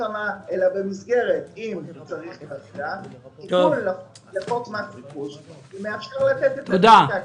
מלחמה אלא במסגרת תיקון לחוק מס רכוש שמאפשר לתת פיצוי בגין הנזק העקיף.